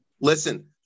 Listen